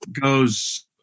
goes